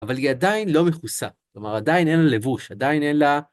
אבל היא עדיין לא מכוסה, כלומר עדיין אין לה לבוש, עדיין אין לה...